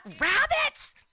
rabbits